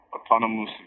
autonomous